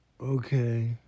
okay